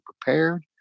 prepared